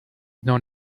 known